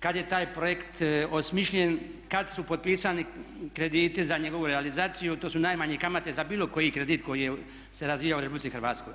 kada je taj projekt osmišljen, kada su potpisani krediti za njegovu realizaciju, to su najmanje kamate za bilo koji kredit koji se razvijao u Republici Hrvatskoj.